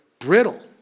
brittle